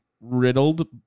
riddled